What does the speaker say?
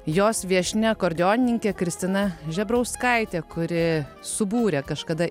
jos viešnia akordeonininkė kristina žebrauskaitė kuri subūrė kažkada